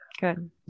Good